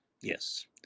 Yes